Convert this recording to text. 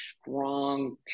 strong